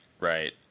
Right